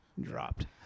dropped